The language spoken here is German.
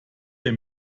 der